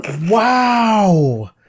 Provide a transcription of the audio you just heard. Wow